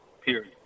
period